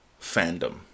Fandom